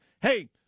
Hey